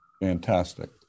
Fantastic